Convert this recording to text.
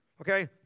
Okay